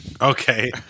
Okay